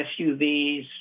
SUVs